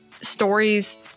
stories